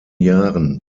jahren